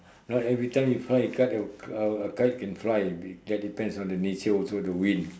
not every time you fly a kite uh a kite can fly that depends on the nature also the wind